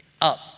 Up